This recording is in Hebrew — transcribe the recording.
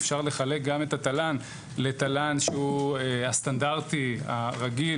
אפשר לחלק גם את התל"ן לתל"ן שהוא הסטנדרטי הרגיל